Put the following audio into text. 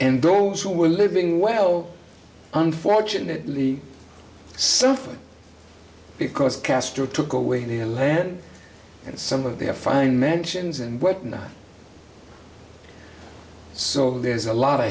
and those who were living well unfortunately suffered because castro took away their land and some of the affine mentions and whatnot so there's a lot of